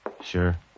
Sure